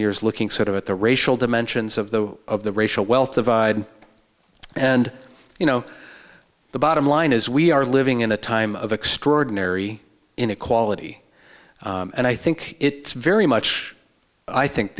years looking sort of at the racial dimensions of the of the racial wealth divide and you know the bottom line is we are living in a time of extraordinary inequality and i think it's very much i think